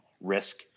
risk